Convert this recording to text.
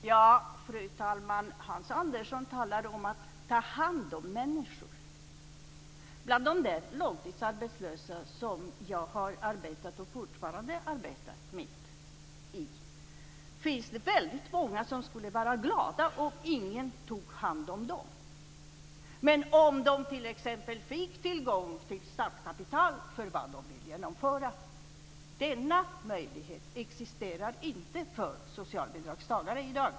Fru talman! Hans Andersson talar om att ta hand om människor. Bland de långtidsarbetslösa som jag har arbetat och fortfarande arbetar med finns det väldigt många som skulle vara glada om ingen tog hand om dem. De kunde t.ex. få tillgång till startkapital för vad de vill genomföra. Men denna möjlighet existerar inte för socialbidragstagare i dag.